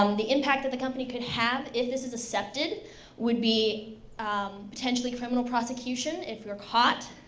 um the impact that the company could have if this is accepted would be potentially criminal prosecution if you're caught.